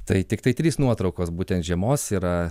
tai tiktai trys nuotraukos būtent žiemos yra